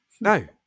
No